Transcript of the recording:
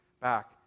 back